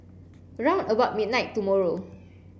round about midnight tomorrow